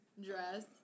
dress